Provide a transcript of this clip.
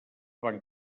van